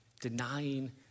denying